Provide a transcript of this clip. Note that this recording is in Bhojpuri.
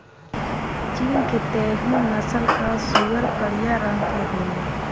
चीन के तैहु नस्ल कअ सूअर करिया रंग के होले